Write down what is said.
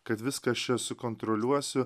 kad viskas čia sukontroliuosiu